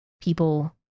people